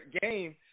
game